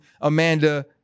Amanda